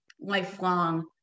lifelong